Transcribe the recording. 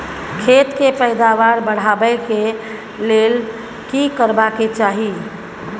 खेत के पैदावार बढाबै के लेल की करबा के चाही?